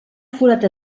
forat